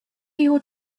your